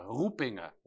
roepingen